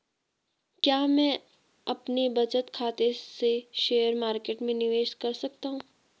क्या मैं अपने बचत खाते से शेयर मार्केट में निवेश कर सकता हूँ?